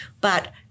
But-